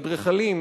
אדריכלים,